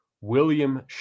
William